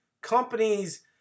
companies